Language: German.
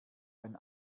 ein